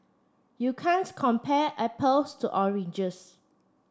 you can't compare apples to oranges